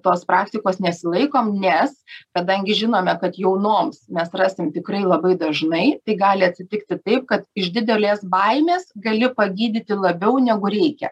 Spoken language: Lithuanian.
tos praktikos nesilaikom nes kadangi žinome kad jaunoms mes rasim tikrai labai dažnai gali atsitikti taip kad iš didelės baimės gali pagydyti labiau negu reikia